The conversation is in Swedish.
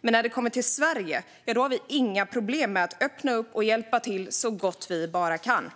Men när det kommer till Sverige har vi inga problem med att öppna upp och hjälpa till så gott vi bara kan.